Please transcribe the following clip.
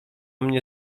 mnie